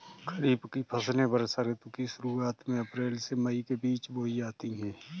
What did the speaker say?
खरीफ की फसलें वर्षा ऋतु की शुरुआत में अप्रैल से मई के बीच बोई जाती हैं